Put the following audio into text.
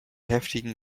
heftigen